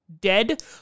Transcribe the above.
dead